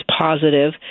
positive